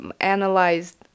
analyzed